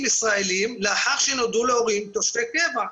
ישראלים לאחר שנולדו להורים תושבי קבע,